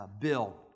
bill